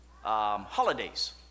holidays